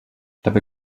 dabei